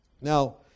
Now